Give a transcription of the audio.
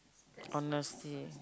honesty